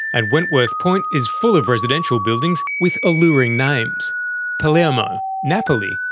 and wentworth point is full of residential buildings with alluring names palermo, napoli,